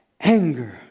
anger